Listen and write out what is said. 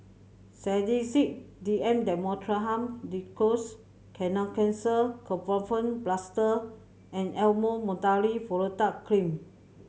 Sedilix D M Dextromethorphan Linctus Kenhancer Ketoprofen Plaster and Elomet Mometasone Furoate Cream